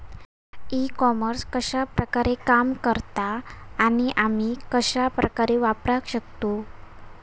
E commerce कश्या प्रकारे काम करता आणि आमी कश्या प्रकारे वापराक शकतू?